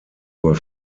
were